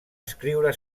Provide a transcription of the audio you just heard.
escriure